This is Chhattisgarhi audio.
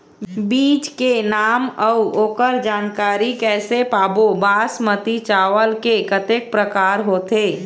बीज के नाम अऊ ओकर जानकारी कैसे पाबो बासमती चावल के कतेक प्रकार होथे?